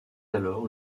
alors